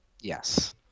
Yes